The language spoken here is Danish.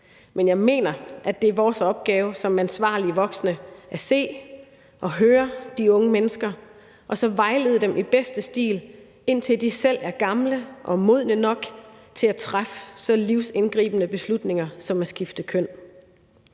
men jeg mener, at det er vores opgave som ansvarlige voksne at se og høre de unge mennesker og så vejlede dem i bedste stil, indtil de selv er gamle og modne nok til at træffe en så livsindgribende beslutning som at skifte køn.